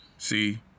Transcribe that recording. See